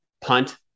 punt